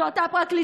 זו אותה פרקליטות,